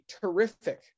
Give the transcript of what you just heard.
terrific